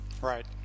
Right